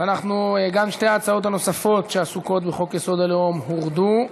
גם שתי ההצעות הנוספות שעסוקות בחוק-יסוד: הלאום הורדו.